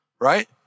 right